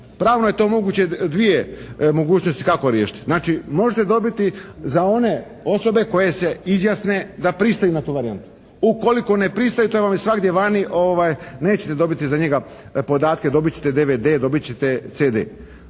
Pravno je to moguće, dvije mogućnosti kako riješiti. Znači možete dobiti za one osobe koje se izjasne da pristaju na tu varijantu. Ukoliko ne pristaju to vam je svagdje vani, nećete dobiti za njega podatke. Dobit ćete DVD, dobit ćete CD.